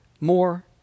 more